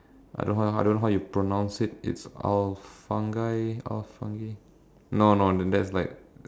I don't know how I don't know how you pronounce it it's al fungi al fungi no no the that's like